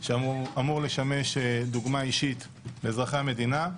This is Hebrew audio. שאמור לשמש דוגמה אישית לאזרחי המדינה.